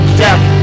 death